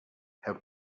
have